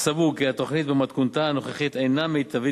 סבור כי התוכנית במתכונתה הנוכחית אינה מיטבית